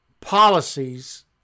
policies